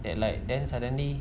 that like then suddenly